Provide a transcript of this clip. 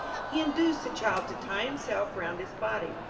he induced the child to tie himself round his body.